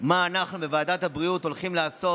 מה אנחנו בוועדת הבריאות הולכים לעשות,